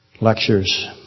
lectures